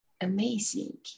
amazing